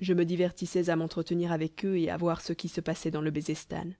je me divertissais à m'entretenir avec eux et à voir ce qui se passait dans le bezestan